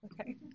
Okay